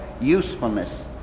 usefulness